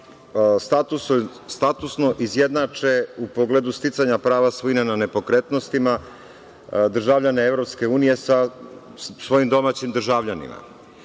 statusno izjednače u pogledu sticanja prava svojine na nepokretnostima državljane EU sa svojim domaćim državljanima.